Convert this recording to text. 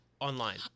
Online